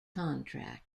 contract